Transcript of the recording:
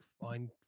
find